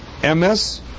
MS